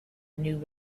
new